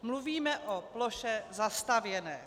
Mluvíme o ploše zastavěné.